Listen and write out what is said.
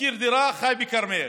שוכר דירה, חי בכרמיאל,